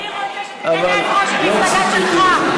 אני רוצה שתגנה את ראש המפלגה שלך.